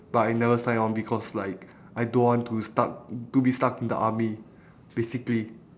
but I never sign on because like I don't want to stuck to be stuck in the army basically